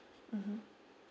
mmhmm